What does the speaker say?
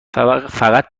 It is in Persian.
فقط